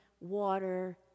water